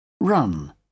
run